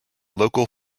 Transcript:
local